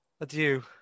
adieu